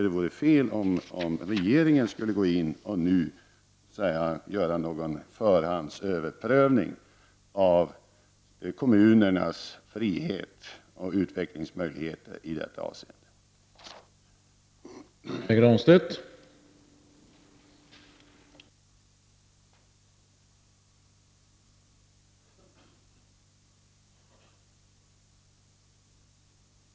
Det vore fel om regeringen skulle gå in och nu göra något slags förhandsöverprövning av kommunernas frihet och utvecklingsmöjligheter i detta avseende.